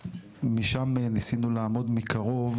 משם ניסינו לעמוד מקרוב,